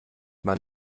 man